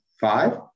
five